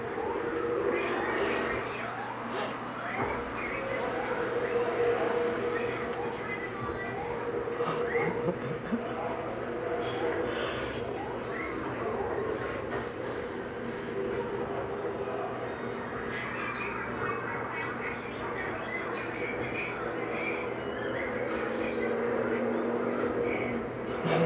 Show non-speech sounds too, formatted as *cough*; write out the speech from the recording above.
*laughs*